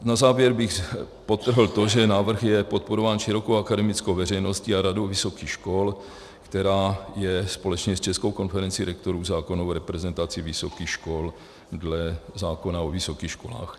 Na závěr bych podtrhl to, že návrh je podporován širokou akademickou veřejností a Radou vysokých škol, která je společně s Českou konferencí rektorů v zákonu o reprezentaci vysokých škol dle zákona o vysokých školách.